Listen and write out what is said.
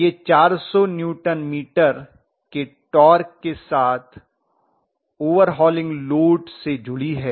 यह 400 newton metre के torque के साथ ओवरहॉलिंग लोड से जुड़ी है